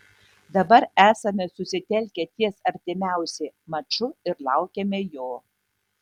dabar esame susitelkę ties artimiausi maču ir laukiame jo